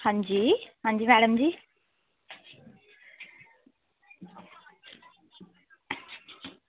अंजी अंजी मैडम जी